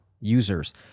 users